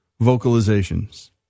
vocalizations